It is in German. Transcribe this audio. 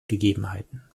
gegebenheiten